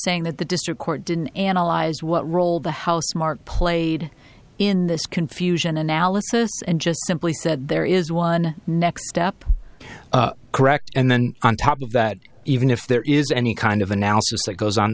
saying that the district court didn't analyze what role the house mark played in this confusion analysis and just simply said there is one next step correct and then on top of that even if there is any kind of analysis that goes on